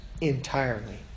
entirely